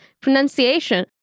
pronunciation